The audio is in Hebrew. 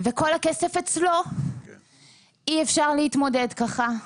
וכל הכסף אצלו, אי אפשר להתמודד ככה.